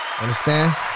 Understand